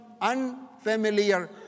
unfamiliar